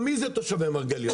מי אלה תושבי מרגליות?